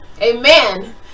amen